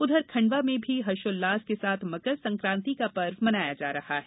उधर खंडवा में भी हर्षोलास के साथ मकर संक्रांति का पर्व मनाया जा रहा है